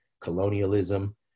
colonialism